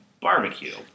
Barbecue